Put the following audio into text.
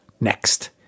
next